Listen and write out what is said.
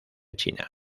china